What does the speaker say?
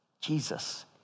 Jesus